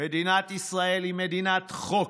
מדינת ישראל היא מדינת חוק,